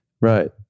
Right